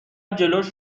جلوش